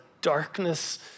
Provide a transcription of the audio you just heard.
darkness